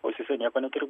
ausyse nieko neturi